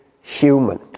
human